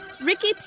Ricky